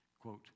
quote